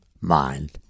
mind